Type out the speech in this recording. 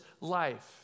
life